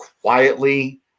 quietly